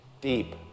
deep